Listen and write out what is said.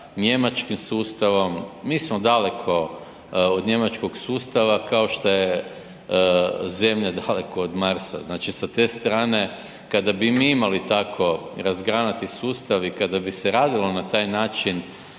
njemačkim sustavom, mi smo daleko od njemačkog sustava, kao što je Zemlja daleko od Marsa. Znači sa te strane kada bi mi imali tako razgranati sustav i kada bi se radilo na taj način,